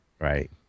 Right